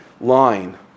line